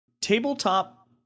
tabletop